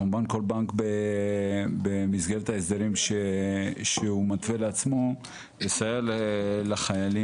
כמובן כל בנק במסגרת ההסדרים שהוא מוצא לעצמו לסייע לחיילים.